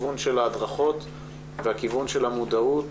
הכיוון של ההדרכות והכיוון של המודעות